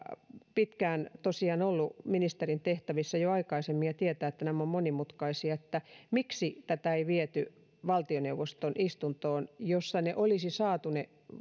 pitkään tosiaan ollut ministerin tehtävissä jo aikaisemmin ja tietää että nämä ovat monimutkaisia asioita niin miksi tätä ei viety valtioneuvoston istuntoon jossa olisi saatu ne